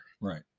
Right